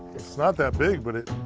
it's not that big, but it